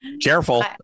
Careful